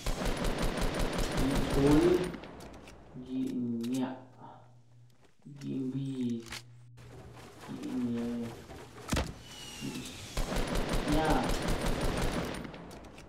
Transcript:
Gyíin zhguuli, gyíin nyíá, gyíin biz, gyíin eh, gyíin xía.